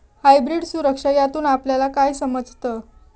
Hybrid सुरक्षा यातून आपल्याला काय समजतं?